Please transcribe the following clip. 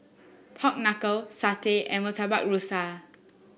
Pork Knuckle satay and Murtabak Rusa